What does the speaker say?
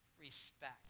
respect